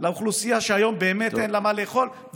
לאוכלוסייה שהיום באמת אין לה מה לאכול,